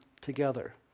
together